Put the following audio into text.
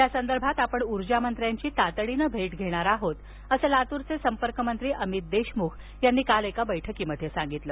या संदर्भात आपण ऊर्जा मंत्र्यांची तातडीनं भेट धेणार आहोत असं लातूरचे संपर्क मंत्री अमित देशम्ख यांनी काल एका बैठकीत सांगितलं